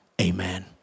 Amen